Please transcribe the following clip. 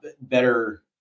better